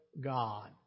God